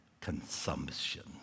consumption